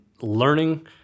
learning